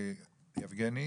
יבגני.